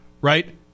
right